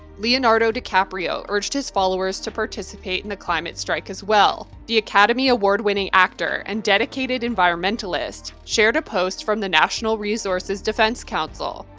leonardo dicaprio urged his followers to participate in the climate strike, as well. the academy award-winning actor and dedicated environmentalist, shared a post from the national resources defense council,